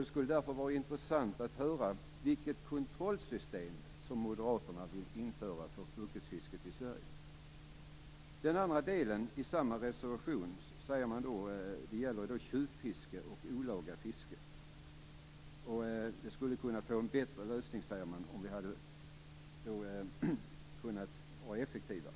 Det skulle därför vara intressant att höra vilket kontrollsystem som moderaterna vill införa för yrkesfisket i I den andra delen i samma reservation säger man att problemet med tjuvfiske och olaga fiske skulle kunna få en bättre lösning om kontrollsystemet hade varit effektivare.